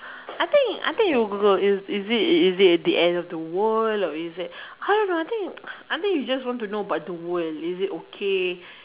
I think I think you Google is it is it at the end of the world or is it I don't know I think I think you just want to know about the world is it okay